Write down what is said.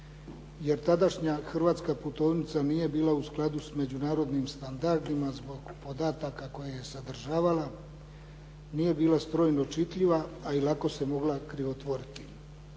jer tadašnja hrvatska putovnica nije bila u skladu s međunarodnim standardima zbog podataka koje je sadržavala, nije bila strojno čitljiva, a i lako se mogla krivotvoriti.